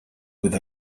with